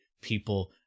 People